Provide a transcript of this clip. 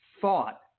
thought